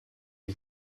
you